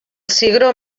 cigró